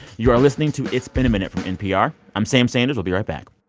you are listening to it's been a minute for npr. i'm sam sanders. we'll be right back